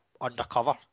undercover